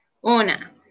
Una